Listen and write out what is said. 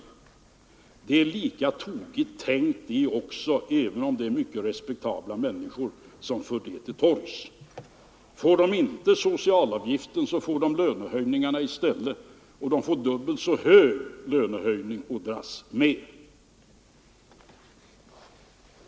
Denna tankegång är lika tokig som de andra, trots att den torgförs av mycket respektabla människor. Får de inte socialavgiften, får de lönehöjningarna i stället, och de får då dras med dubbelt så höga lönehöjningar.